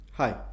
Hi